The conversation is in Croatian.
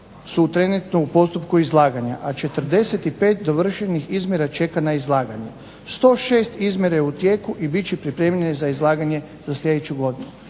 su trenutno u postupku izlaganja, a 45 dovršenih izmjera čeka na izlaganje. 106 izmjera je u tijeku i bit će pripremljene za izlaganje za sljedeću godinu.